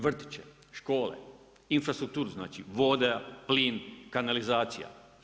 Vrtiće, škole, infrastrukturu znači, voda, plin, kanalizacija.